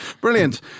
Brilliant